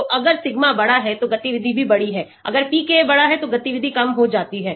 तो अगर सिग्मा बड़ा है तो गतिविधि भी बड़ी है अगर PKa बड़ा है तो गतिविधि कम हो जाती है